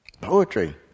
Poetry